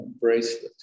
bracelet